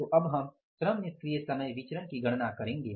तो अब हम श्रम निष्क्रिय समय विचरण की गणना करेंगे